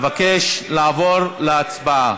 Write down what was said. אבקש לעבור להצבעה.